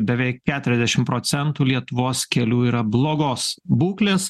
beveik keturiasdešim procentų lietuvos kelių yra blogos būklės